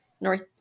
North